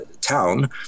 town